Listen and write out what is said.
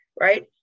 right